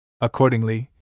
Accordingly